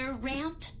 ramp